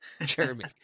Jeremy